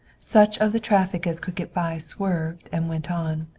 such of the traffic as could get by swerved and went on.